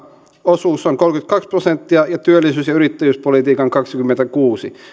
osuus on kolmekymmentäkaksi prosenttia ja työllisyys ja yrittäjyyspolitiikan kaksikymmentäkuusi